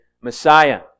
Messiah